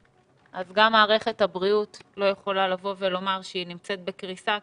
אז גם מערכת הבריאות לא יכולה לבוא ולומר שהיא נמצאת בקריסה,